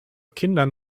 kindern